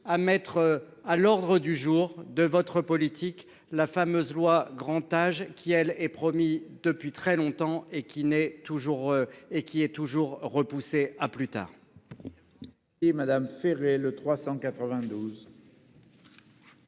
de mettre à l'ordre du jour de votre politique la fameuse loi Grand Âge, promise depuis très longtemps et toujours repoussée à plus tard.